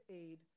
aid